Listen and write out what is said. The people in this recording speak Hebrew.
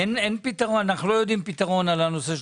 אין פתרון לנושא של